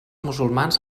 musulmans